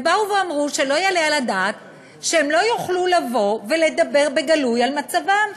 הם באו ואמרו שלא יעלה על הדעת שהם לא יוכלו לבוא ולדבר בגלוי על מצבם,